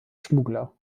schmuggler